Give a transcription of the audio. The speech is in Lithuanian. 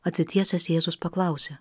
atsitiesęs jėzus paklausė